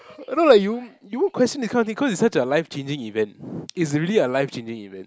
I know like you won't you won't question that kind of thing cause it's such a life changing event it's really a life changing event